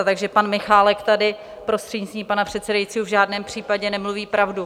Takže pan Michálek tady, prostřednictvím pana předsedajícího, v žádném případě nemluví pravdu.